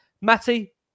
Matty